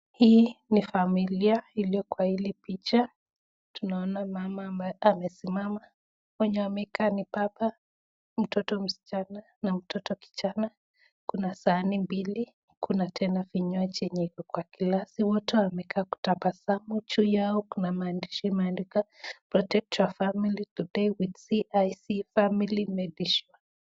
Hii ni familia iliyo kwa hili picha, tunaona mama ambaye amesimama, wenye wamekaa ni baba, mtoto msichana na mtoto kijana, kuna sahani mbili, kuna tena vinywaji mbili yenye iko kwa glasi, wote wamekaa kutabasamu. Juu yao kuna maandishi imeandikwa protect your family today with CIC family medition .